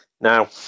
Now